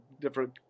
different